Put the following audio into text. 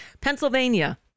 Pennsylvania